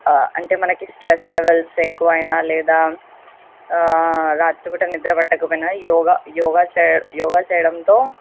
అంటే మనకి stress levels ఎక్కువైనా లేదా రాత్రి పూట నిద్ర పట్టకపోయినా యోగా యోగా చేయ యోగా చేయడంతో